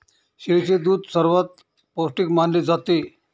शेळीचे दूध सर्वात पौष्टिक मानले जाते